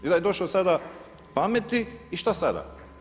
I da je došao sada pameti i što sada.